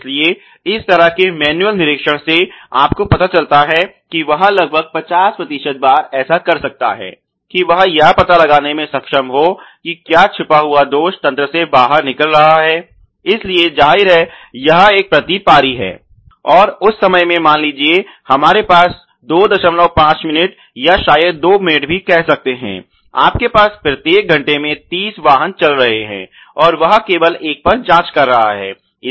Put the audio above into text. इसलिए इस तरह के मैनुअल निरीक्षण से आपको पता चलता है कि वह लगभग 50 प्रतिशत बार ऐसा कर सकता है कि वह यह पता लगाने में सक्षम हो कि क्या छुपा हुआ दोष तंत्र से बाहर निकल रहा है इसलिए जाहिर है यह एक प्रति पारी है और उस समय में मान लीजिये हमारे पास 25 मिनट या शायद 2 मिनट भी कह सकते हैं आपके पास प्रत्येक घंटे में 30 वाहन चल रहे हैं और वह केवल एक पर जांच कर रहा है